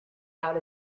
out